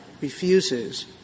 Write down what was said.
refuses